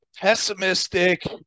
pessimistic